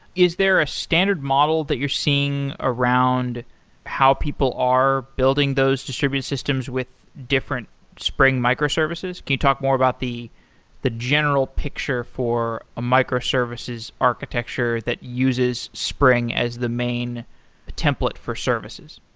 is there a standard model that you're seeing around how people are building those distributed systems with different spring microservices? can you talk more about the the general picture for a microservices architecture that uses spring as the main template for services?